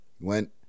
Went